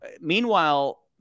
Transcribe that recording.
meanwhile